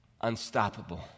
unstoppable